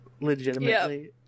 legitimately